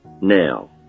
now